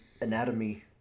anatomy